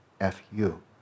F-U